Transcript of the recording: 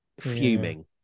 fuming